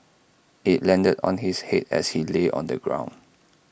IT landed on his Head as he lay on the ground